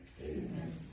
Amen